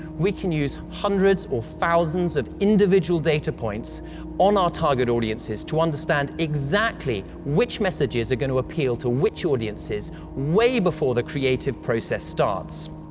we can use hundreds or thousands of individual data points on our target audiences to understand exactly which messages are going to appeal to which audiences way before the creative process starts.